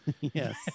Yes